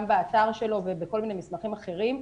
גם באתר שלו ובכל מיני מסמכים אחרים,